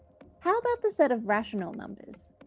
how about the set of rational numbers?